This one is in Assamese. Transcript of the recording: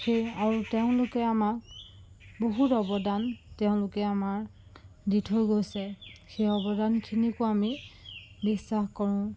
সেই আৰু তেওঁলোকে আমাক বহুত অৱদান তেওঁলোকে আমাক দি থৈ গৈছে সেই অৱদানখিনিকো আমি বিশ্বাস কৰোঁ